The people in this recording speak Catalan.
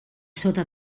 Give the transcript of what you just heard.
sota